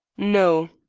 no,